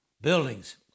buildings